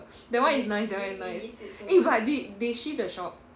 that one is nice that one is nice eh but they they shift the shop